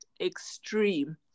extreme